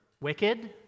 wicked